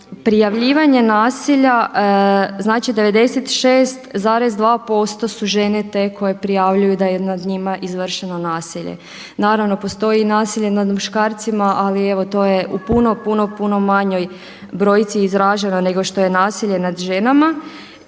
prijavljivanje nasilja, znači 96,2% su žene te koje prijavljuju da je nad njima izvršeno nasilje. Naravno postoji i nasilje nad muškarcima, ali evo to je u puno, puno manjoj brojci izraženo nego što je nasilje nad ženama.